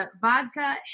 vodka